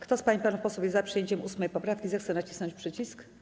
Kto z pań i panów posłów jest za przyjęciem 8. poprawki, zechce nacisnąć przycisk.